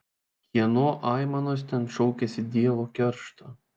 kieno aimanos ten šaukiasi dievo keršto